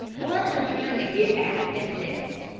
what i am trying to get at is this,